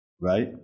right